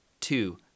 two